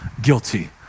guilty